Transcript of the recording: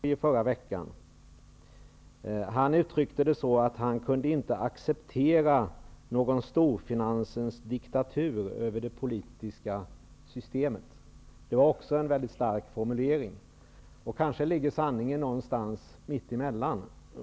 Fru talman! Jag har två frågor till Allan Larsson. Du säger att myten om det politiska systemets svaghet har krossats. Jag tycker att det var en mycket stark formulering. Jag lyssnade på Sjöfolksförbundets ordförande Anders Lindström på Sergels torg i förra veckan. Han uttryckte det på så sätt att han inte kunde acceptera någon storfinansens diktatur över det politiska systemet. Det var också en mycket stark formulering. Kanske ligger sanningen någonstans mitt emellan.